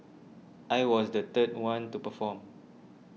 I was the third one to perform